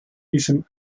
diesem